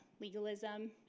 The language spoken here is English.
legalism